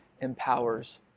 empowers